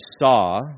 saw